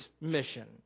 mission